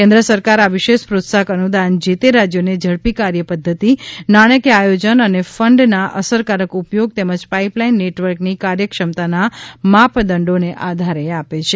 કેન્દ્ર સરકાર આ વિશેષ પ્રોત્સાહક અનુદાન જે તે રાજ્યોને ઝડપી કાર્ય પધ્ધતિ નાણાકીય આયોજન અને ફંડના અસરકારક ઉપયોગ તેમજ પાઇપલાઇન નેટવર્કની કાર્ય ક્ષમતાના માપદંડોને આધારે આપે છે